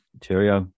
Cheerio